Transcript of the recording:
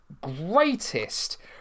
greatest